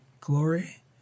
glory